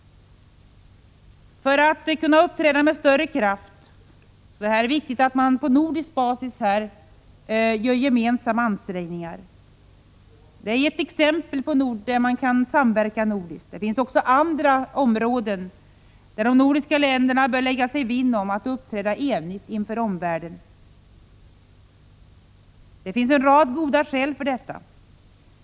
För att vi skall kunna uppträda med större kraft är det viktigt att vi på nordisk basis gör gemensamma ansträngningar på detta område. Det är ett exempel på hur man kan samverka nordiskt. Det finns också andra områden där de nordiska länderna bör lägga sig vinn om att uppträda enigt inför omvärlden. Det finns en rad goda skäl för detta.